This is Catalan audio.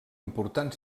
important